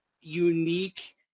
unique